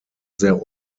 sehr